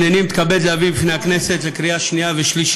הנני מתכבד להביא בפני הכנסת לקריאה שנייה ולקריאה